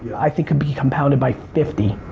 i think could be compounded by fifty.